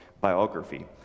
biography